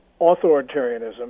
authoritarianism